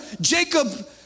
Jacob